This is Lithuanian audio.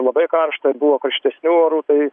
labai karšta ir buvo karštesnių orų tai